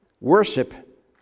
worship